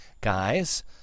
guys